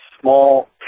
small